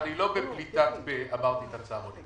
זאת לא הייתה פליטת פה בנושא הצהרונים.